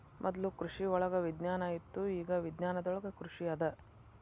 ಮೊದ್ಲು ಕೃಷಿವಳಗ ವಿಜ್ಞಾನ ಇತ್ತು ಇಗಾ ವಿಜ್ಞಾನದೊಳಗ ಕೃಷಿ ಅದ